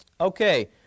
Okay